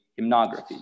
hymnography